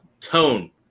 tone